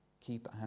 keep